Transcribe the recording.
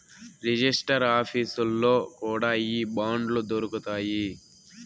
register ఆఫీసుల్లో కూడా ఈ బాండ్లు దొరుకుతాయి